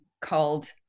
called